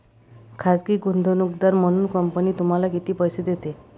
खाजगी गुंतवणूकदार म्हणून कंपनी तुम्हाला किती पैसे देते?